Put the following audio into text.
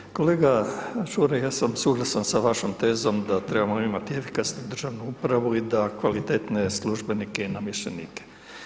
Hvala, kolega Ćuraj ja sam suglasan sa vašom tezom da trebamo imati efikasnu državnu upravu i da kvalitetne službenike i namještenike.